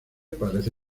parece